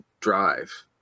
drive